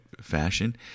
fashion